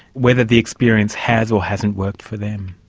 whether the experience has, or hasn't worked for them.